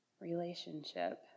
relationship